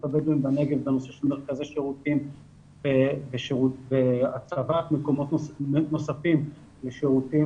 הבדואים בנגב בנושא של מרכזי שירותים והצבת מקומות נוספים לשירותים.